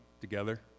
together